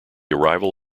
arrival